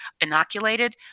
inoculated